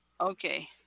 Okay